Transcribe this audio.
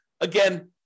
Again